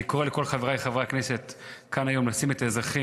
אני קורא לכל חבריי חברי הכנסת לשים כאן היום את האזרחים